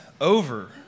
over